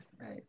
Right